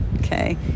okay